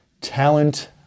talent